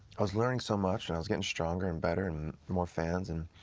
i was learning so much, and i was getting stronger and better and more fans, and